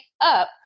up